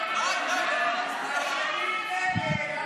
ההצעה להעביר לוועדה את הצעת חוק ארוחה יומית לתלמיד (תיקון,